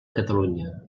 catalunya